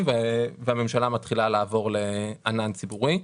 והממשלה מתחילה לעבור לענן ציבורי.